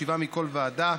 שבעה מכל וועדה.